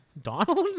Donald